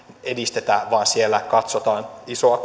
edistetä vaan siellä katsotaan isoa